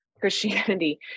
Christianity